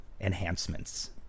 enhancements